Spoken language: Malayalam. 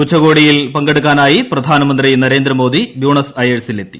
ഉച്ചകോടിയിൽ പങ്കെടുക്കാനായി പ്രധാനമന്ത്രി നരേന്ദ്രമോദി ബ്യൂണസ് അയേഴ്സിൽ എത്തി